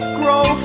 grow